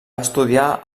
estudiar